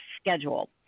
schedule